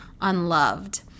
unloved